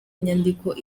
inyandiko